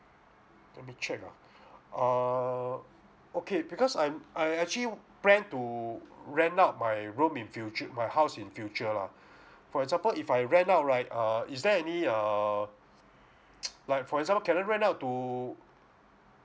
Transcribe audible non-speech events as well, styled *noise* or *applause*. let me check ah err okay because I'm I actually plan to rent out my room in future my house in future lah for example if I rent out right err is there any err *noise* like for example can I rent out to